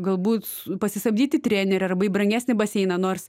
galbūt pasisamdyti trenerį arba į brangesnį baseiną nors